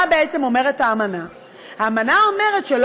מה בעצם האמנה אומרת?